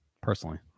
personally